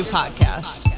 podcast